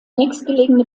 nächstgelegene